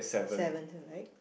seventh right